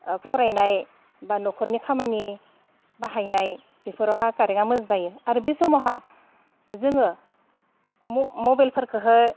फरायनाय बा न'खरनि खामानि बाहायनाय बेफोरावहा कारेन्टआ मोजां जायो आरो बे समावहा जोङो मबाइलफोरखोहो